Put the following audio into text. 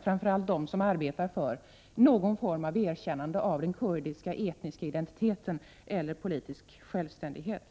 Framför allt gäller det de som arbetar för någon form av erkännande av den kurdiska etniska identiteten eller för politisk självständighet.